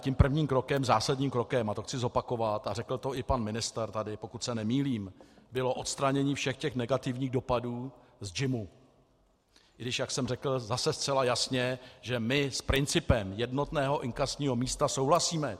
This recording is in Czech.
Tím prvním krokem, zásadním krokem, a to chci zopakovat a řekl to i pan ministr tady, pokud se nemýlím, bylo odstranění všech negativních dopadů z JIMu, i když, jak jsem řekl zase zcela jasně, že my s principem jednotného inkasního místa souhlasíme.